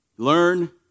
Learn